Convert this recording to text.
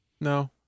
no